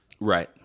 Right